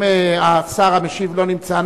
אם השר המשיב לא נמצא,